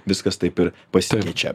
viskas taip ir pasikeičia